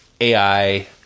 AI